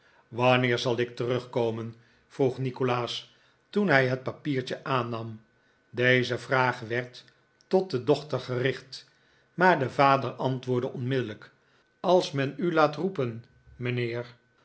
wanneer zal ik terugkomen vroeg nikolaas toen hij het papiertje aannam deze vraag werd tot de dochter gerichtj maar de vader antwoordde onmiddellijk als men u laat roepen mijnheer